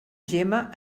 gemma